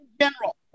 general